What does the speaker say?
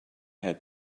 had